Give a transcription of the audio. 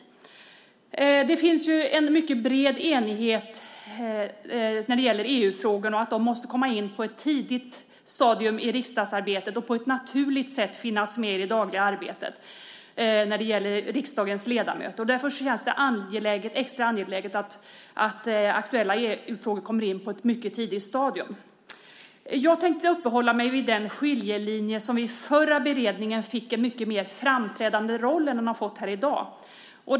Det finns en mycket bred enighet om att EU-frågorna måste komma in på ett tidigt stadium i riksdagsarbetet och på ett naturligt sätt finnas med i det dagliga arbetet för riksdagens ledamöter. Därför känns det extra angeläget att aktuella EU-frågor kommer in på ett mycket tidigt stadium. Jag tänkte uppehålla mig vid den skiljelinje som vid den förra beredningen fick en mycket mer framträdande roll än vad den har fått här i dag.